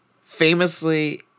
Famously